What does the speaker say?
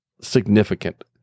significant